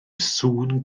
sŵn